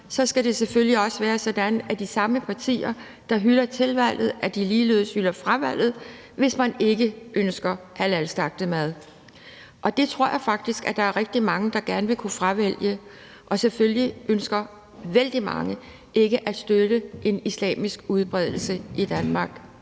skal det selvfølgelig også være sådan, at de samme partier, der hylder tilvalget, ligeledes hylder fravalget, hvis man ikke ønsker halalslagtet mad. Det tror jeg faktisk der er rigtig mange der gerne vil kunne fravælge, og selvfølgelig ønsker vældig mange ikke at støtte en udbredelse af